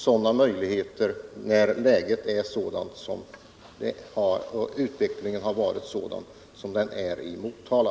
Sådana möjligheter rymmer riksdagsbeslutet när utvecklingen är sådan som den har varit i Motala.